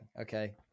Okay